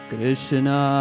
Krishna